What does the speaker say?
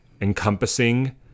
encompassing